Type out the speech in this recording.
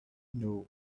know